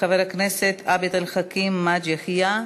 חבר הכנסת עבד אל חכים חאג' יחיא,